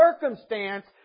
circumstance